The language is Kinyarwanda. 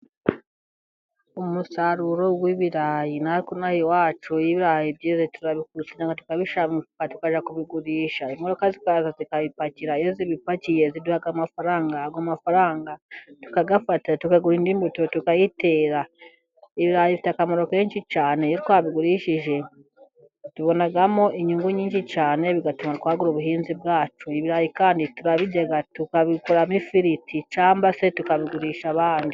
Umusaruro w'ibirayi, natwe inaha iwacu iyo ibirayi byeze turabikura tukabishyira mumifuka tukajya kubigurisha, imodoka zikaza zikayipakira iyo zibipakiye ziduhaka amafaranga, ayo amafaranga tukayafata tukagura indi mbuto tukayitera, ibirayi bifite akamaro kenshi cyane iyo twabigurishije tubonamo inyungu nyinshi cyane bigatuma twagura ubuhinzi bwacu, ibirayi kandi turabirya tukabikuramo ifiriti cyangwa se tukabigurisha abandi.